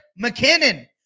McKinnon